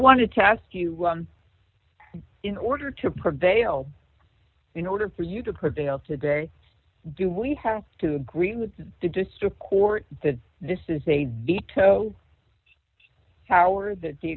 wanted to ask you in order to prevail in order for you to curtail today do we have to agree with the district court that this is a veto power that the